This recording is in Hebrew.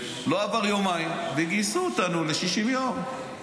לא עברו יומיים וגייסו אותנו ל-60 יום.